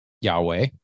Yahweh